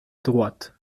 droite